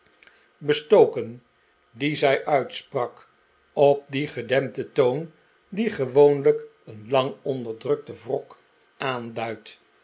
bestoken die zij uitsprak op dien gedempten toon die gewoonlijk een lang onderdrukten wrok aanduidt